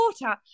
water